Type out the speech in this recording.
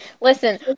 Listen